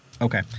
Okay